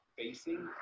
facing